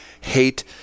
hate